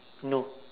no